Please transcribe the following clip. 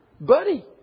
buddy